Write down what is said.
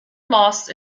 lost